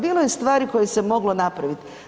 Bilo je stvari koje se moglo napraviti.